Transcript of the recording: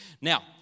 Now